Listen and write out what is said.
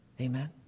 Amen